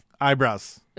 Eyebrows